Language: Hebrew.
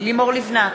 לימור לבנת,